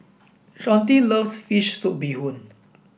Shawnte loves fish soup bee Hoon